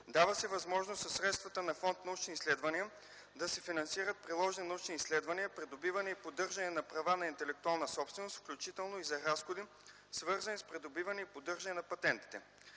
Дава се възможност със средствата на фонд „Научни изследвания” да се финансират приложни научни изследвания, придобиване и поддържане на права на интелектуалната собственост, включително и за разходи, свързани с придобиване и поддържане на патентите.